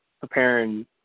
preparing